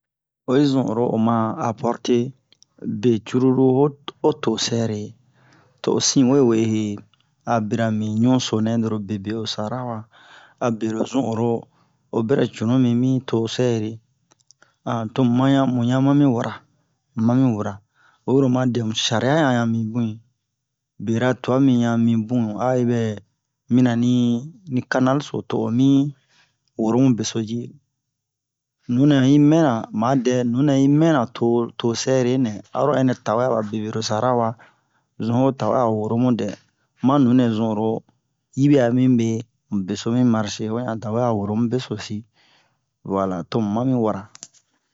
oyi zun oro oma apɔrte be curulu ho o tosɛre to o sin we wee he a bira mi ɲunso nɛ loro bebee o sara wa abe lo zun oro o bɛrɛ cunumi mi tosɛre tomu maɲan muɲan mami wara mu mami wara oro oma dɛmu shariya ɲan mi bun bera twa mi ɲan mi bun ayi ɓɛ nina ni kanal so to o mi woro mu beso ji nunɛ yi mɛna madɛ nunɛ yi mɛna to tosɛre aro ɛnɛ tawe aba bebee-ro sara wa zun ho tawɛ aro woro mu ma nunɛ zun oro yi ɓɛ'a mibe mu beso mi marshe ho ɲan tawe a woro mu besosi vuwala tomu mami wara